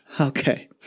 Okay